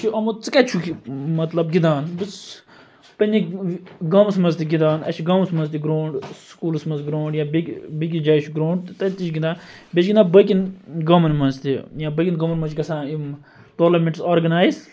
چھُ آمُت ژٕ کَتہِ چھُکھ یہِ مَطلَب گِنٛدان پَننہِ گامَس مَنٛز تہِ گِنٛدان اَسہِ چھِ گامَس مَنٛز تہِ گرونٛڈ سکوٗلَس مَنٛز گرونٛڈ یا بیٚکِس جایہِ چھُ گرونٛڈ تَتہِ تہِ چھِ گِنٛدان بیٚیہِ چھِ گِنٛدان باقیَن گامَن مَنٛز تہِ یا باقیَن گامَن مَنٛز چھ گژھان یِم ٹورنَمنٹٕس آرگَنایِز